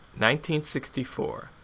1964